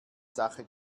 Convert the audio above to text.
sache